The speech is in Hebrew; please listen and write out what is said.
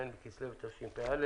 כ"ז בכסלו התשפ"א,